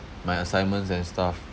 my assignments and stuff